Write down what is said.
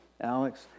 Alex